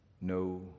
no